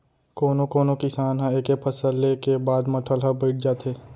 कोनो कोनो किसान ह एके फसल ले के बाद म ठलहा बइठ जाथे